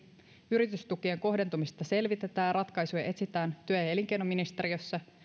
yritystukien kohdentumista selvitetään ja ratkaisuja etsitään työ ja elinkeinoministeriössä